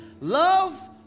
Love